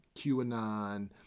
QAnon